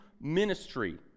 ministry